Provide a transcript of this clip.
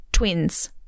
twins